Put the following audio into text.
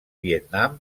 vietnam